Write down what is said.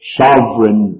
sovereign